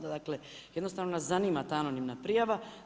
Dakle, jednostavno nas zanima ta anonimna prijava.